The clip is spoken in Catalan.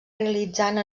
realitzant